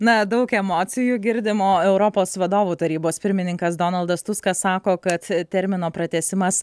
na daug emocijų girdim o europos vadovų tarybos pirmininkas donaldas tuskas sako kad termino pratęsimas